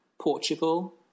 Portugal